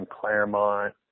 Claremont